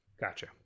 Gotcha